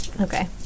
Okay